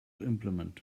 implement